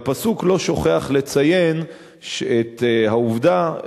והפסוק לא שוכח לציין את העובדה,